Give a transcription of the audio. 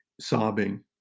sobbing